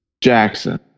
Jackson